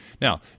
Now